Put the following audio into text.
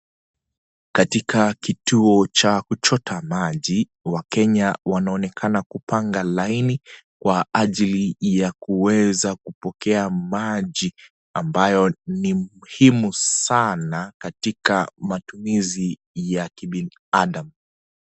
Katika kituo cha kuchota maji wakenya wanaonekana kupanga laini kwa ajili ya kuweza kupokea maji ambayo ni muhimu sana katika matumizi ya kibinadamu.